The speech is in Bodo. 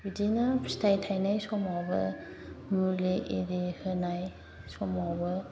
बिदिनो फिथाइ थायनाय समावबो मुलि आरि होनाय समावबो